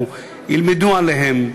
ילמדו עליהם,